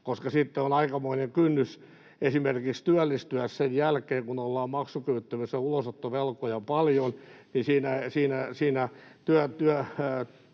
kannalta. On aikamoinen kynnys esimerkiksi työllistyä sen jälkeen, kun ollaan maksukyvyttömiä ja ulosottovelkoja on paljon. Siinä työnteon